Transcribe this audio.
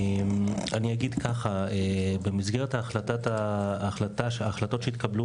אני אגיד ככה: במסגרת ההחלטות שהתקבלו,